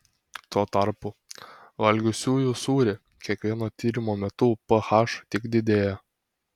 tuo tarpu valgiusiųjų sūrį kiekvieno tyrimo metu ph tik didėjo